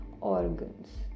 organs